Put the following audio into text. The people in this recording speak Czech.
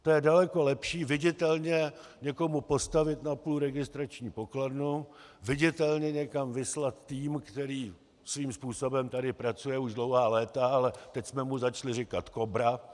To je daleko lepší viditelně někomu postavit na pult registrační pokladnu, viditelně někam vyslat tým, který svým způsobem tady pracuje už dlouhá léta, ale teď jsme mu začali říkat Kobra.